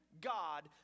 God